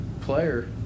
player